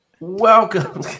welcome